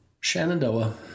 Shenandoah